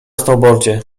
snowboardzie